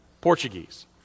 Portuguese